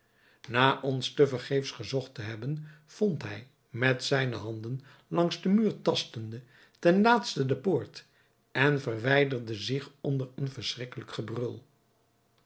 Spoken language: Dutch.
na ons te vergeefs gezocht te hebben vond hij met zijne handen langs den muur tastende ten laatste de poort en verwijderde zich onder een verschrikkelijk